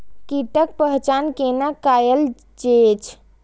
कीटक पहचान कैना कायल जैछ?